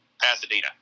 Pasadena